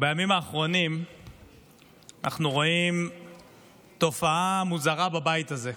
בימים האחרונים אנחנו רואים תופעה מוזרה בבית הזה.